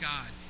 God